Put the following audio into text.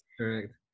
Correct